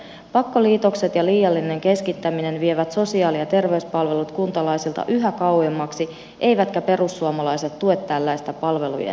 pakkoliitokset ja liiallinen keskittäminen vievät sosiaali ja terveyspalvelut kuntalaisilta yhä kauemmaksi eivätkä perussuomalaiset tue tällaista palvelujen heikentämistä